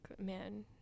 man